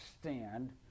stand